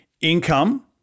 income